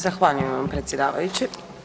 Zahvaljujem vam predsjedavajući.